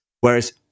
Whereas